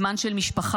זמן של משפחה,